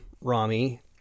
Rami